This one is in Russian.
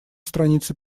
страница